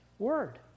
Word